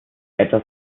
etwas